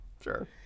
Sure